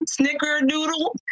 snickerdoodle